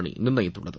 அணி நிர்ணயித்துள்ளது